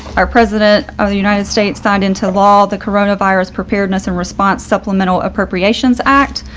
our president of the united states signed into law the coronavirus, preparedness and response supplemental appropriations act.